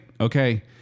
Okay